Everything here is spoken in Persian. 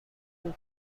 اون